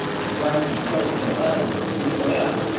and guan ping showed him the letter from zhuge liang,